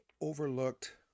overlooked